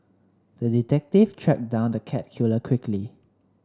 the detective tracked down the cat killer quickly